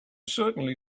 certainly